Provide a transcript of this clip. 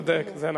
זה נכון.